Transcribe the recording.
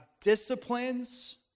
disciplines